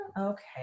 Okay